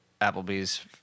Applebee's